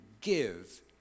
give